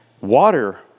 Water